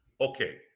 Okay